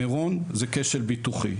המירון הוא כשל ביטוחי,